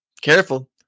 Careful